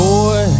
Boy